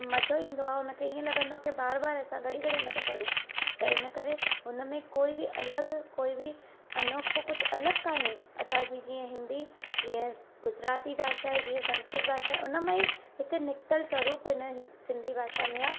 मज़ो ईंदो आहे हुन खे ईअं लॻंदो आहे की बार बार असां घड़ी घड़ी हुन खे पढ़ूं त हिन करे हुन में कोई बि अलॻि कोई बि अनोखो कुझु अलॻि काने असांजी जीअं हिंदी जीअं गुजराती भाषा आहे जीअं संस्कृत भाषा आहे हुन मां ई हिक निक्तल स्वरूप न हिन सिंधी भाषा में आहे